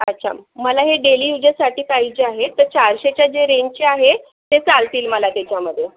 अच्छा मला हे डेली यूजेससाठी पाहिजे आहेत तर चारशेच्या जे रेंजचे आहे ते चालतील मला त्याच्यामधे